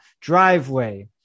driveway